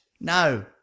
No